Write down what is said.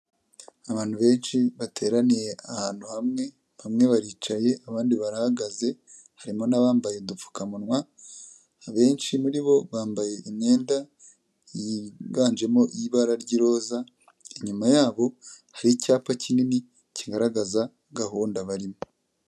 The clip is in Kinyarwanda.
Abantu benshi bateraniye ahantu hamwe, bamwe baricaye abandi barahagaze, harimo n'abambaye udupfukamunwa, abenshi muri bo bambaye imyenda yiganjemo iy'ibara ry'iroza, inyuma yabo hari icyapa kinini kigaragaza gahunda barimo.